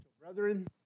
Brethren